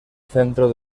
centro